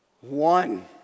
one